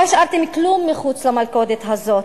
לא השארתם כלום מחוץ למלכודת הזאת.